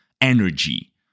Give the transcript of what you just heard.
energy